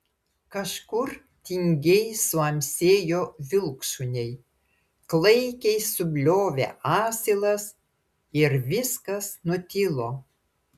kažkur tingiai suamsėjo vilkšuniai klaikiai subliovė asilas ir viskas nutilo